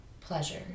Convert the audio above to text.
pleasure